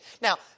Now